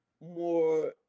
more